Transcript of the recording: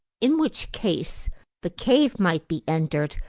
in which case the cave might be entered,